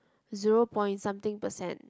zero point something percent